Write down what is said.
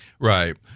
Right